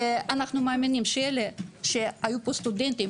אנו מאמינים שאלה שהיו פה סטודנטים